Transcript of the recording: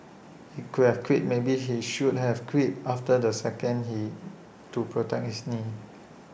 he could have quit maybe he should have quit after the second he to protect his knee